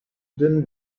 din